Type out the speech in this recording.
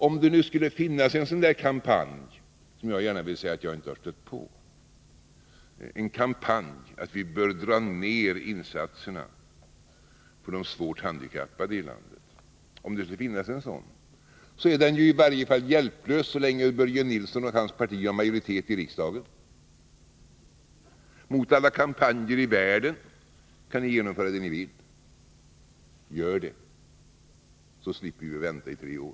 Om det nu skulle finnas en sådan kampanj om att man bör dra ner insatserna för de svårt handikappade i landet — som jag gärna vill säga att jag inte har stött på — är den i varje fall hjälplös så länge Börje Nilsson och hans parti har majoritet i riksdagen. Mot alla kampanjer i världen kan ni genomföra det ni vill. Gör det — så slipper vi vänta i tre år!